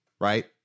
right